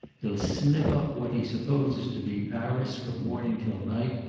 he'll sniff up what he supposes to be paris from morning till night,